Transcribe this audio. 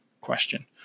question